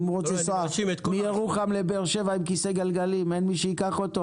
אם הוא רוצה לנסוע מירוחם לבאר שבע עם כיסא גלגלים אין מי שייקח אותו,